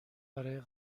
برای